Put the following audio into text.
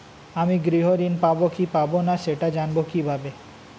আমি গৃহ ঋণ পাবো কি পাবো না সেটা জানবো কিভাবে?